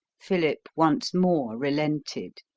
philip once more relented.